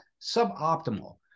suboptimal